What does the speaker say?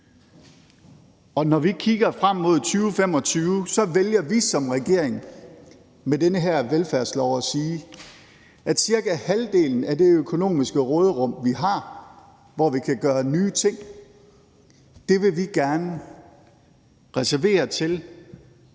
når vi kigger frem mod 2025, vælger vi som regering med den her velfærdslov at sige, at cirka halvdelen af det økonomiske råderum, vi har, hvor vi kan gøre nye ting, vil vi gerne reservere til